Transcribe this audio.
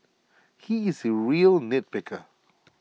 he is A real nitpicker